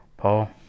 Paul